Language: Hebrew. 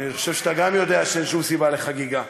אני חושב שאתה גם יודע שאין שום סיבה לחגיגה.